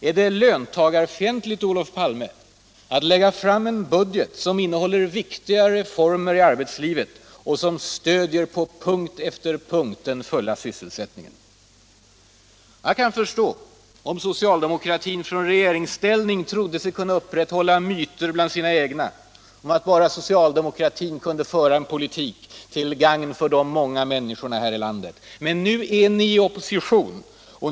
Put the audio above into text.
Är det löntagarfientligt, Olof Palme, att lägga fram en budget som innehåller viktiga reformer för arbetslivet och som på punkt efter punkt stöder den fulla sysselsättningen? Jag kan förstå om socialdemokratin i regeringsställning trodde sig kunna upprätthålla myten bland sina egna om att bara socialdemokratin kunde föra en politik till gagn för de många människorna här i landet. Men nu är ni i opposition.